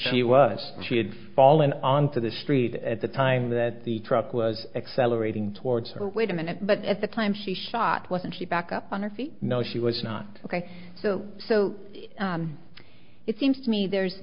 she was she had fallen on to the street at the time that the truck was accelerating towards her wait a minute but at the time she shot wasn't she back up on her feet no she was not ok so so it seems to me there's